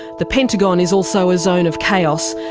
the pentagon is also a zone of chaos,